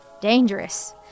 Dangerous